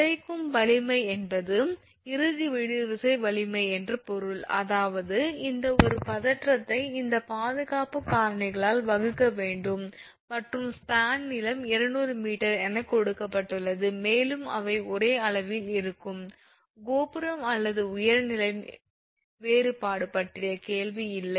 உடைக்கும் வலிமை என்பது இறுதி இழுவிசை வலிமை என்று பொருள் அதாவது இந்த ஒரு பதற்றத்தை இந்த பாதுகாப்பு காரணிகளால் வகுக்க வேண்டும் மற்றும் ஸ்பான் நீளம் 200 𝑚 என கொடுக்கப்படுகிறது மேலும் அவை ஒரே அளவில் இருக்கும் கோபுரம் அல்லது உயர நிலை வேறுபாடு பற்றிய கேள்வி இல்லை